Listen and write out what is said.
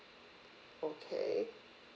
okay